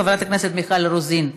חברת הכנסת מיכל רוזין,